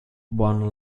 one